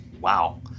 wow